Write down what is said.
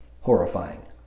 Horrifying